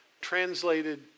translated